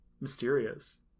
Mysterious